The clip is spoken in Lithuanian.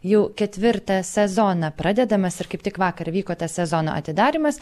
jau ketvirtą sezoną pradedamas ir kaip tik vakar vyko tas sezono atidarymas